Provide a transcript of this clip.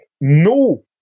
no